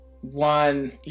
one